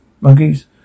monkeys